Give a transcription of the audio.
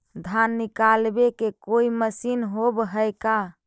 धान निकालबे के कोई मशीन होब है का?